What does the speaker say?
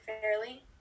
fairly